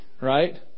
right